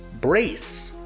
Brace